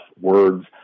words